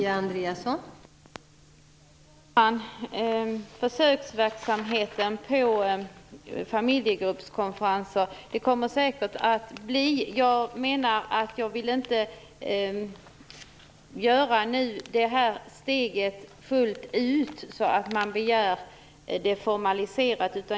Fru talman! Försöksverksamheten med familjegruppskonferenser kommer säkert att bli av. Jag vill nu inte ta detta steg fullt ut och begära att verksamheten skall formaliseras.